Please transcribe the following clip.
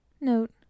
Note